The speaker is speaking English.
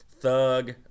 Thug